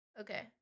Okay